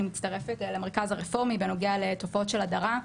אני מצטרפת למרכז הרפורמי בנוגע לתופעות של הדרה,